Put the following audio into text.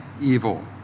evil